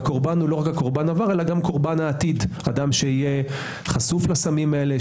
וזה לא רק קורבן עבר אלא גם קרבן עתיד אדם שיהיה חשוף לסמים האלה,